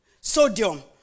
Sodium